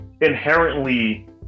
inherently